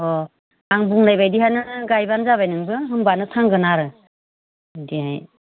अह आं बुंनाय बायदियानो गायबानो जाबाय नोंबो होमबानो थांगोन आरो दिनै